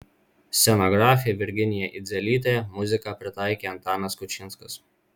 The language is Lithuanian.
scenografė virginija idzelytė muziką pritaikė antanas kučinskas